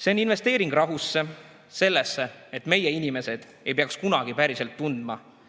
See on investeering rahusse, sellesse, et meie inimesed ei peaks kunagi päriselt tundma,